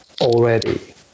already